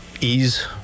ease